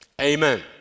amen